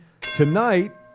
Tonight